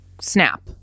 snap